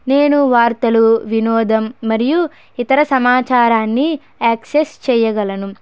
నేను వార్తలు వినోదం మరియు ఇతర సమాచారాన్ని అక్సెస్ చేయగలను